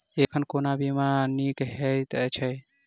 एखन कोना बीमा नीक हएत छै?